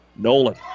Nolan